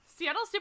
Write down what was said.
Seattle